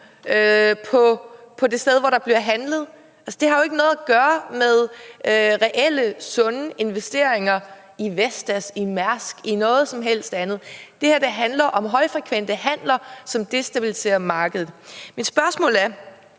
på det sted, hvor der bliver handlet. Altså, det har jo ikke noget gøre med reelle sunde investeringer i Vestas, i Mærsk, i noget som helst andet. Det her handler om højfrekvente handler, som destabiliserer markedet. Mit spørgsmål er: